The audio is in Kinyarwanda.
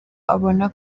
abona